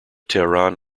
tehran